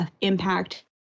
impact